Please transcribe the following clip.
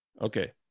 Okay